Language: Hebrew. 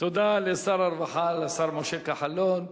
תודה לשר הרווחה, לשר משה כחלון.